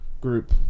group